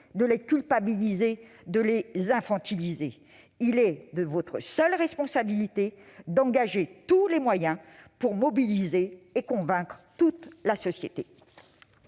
de les culpabiliser et de les infantiliser. Il est de la seule responsabilité du Gouvernement d'engager tous les moyens pour mobiliser et convaincre toute la société.